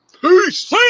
Peace